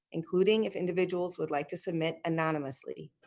including, if individuals would like to submit anonymously,